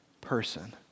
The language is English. person